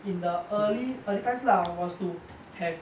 in the early early times lah was to have